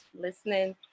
listening